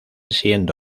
siendo